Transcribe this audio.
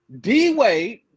D-Wade